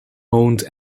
owned